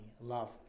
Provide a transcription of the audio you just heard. love